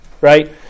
right